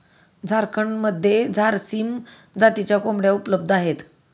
झारखंडमध्ये झारसीम जातीच्या कोंबड्या उपलब्ध आहेत